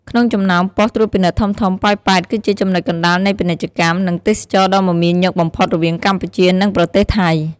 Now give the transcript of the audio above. ក្នុងចំណោមប៉ុស្តិ៍ត្រួតពិនិត្យធំៗ ប៉ោយប៉ែត គឺជាចំណុចកណ្តាលនៃពាណិជ្ជកម្ម និងទេសចរណ៍ដ៏មមាញឹកបំផុតរវាងកម្ពុជា និងប្រទេសថៃ។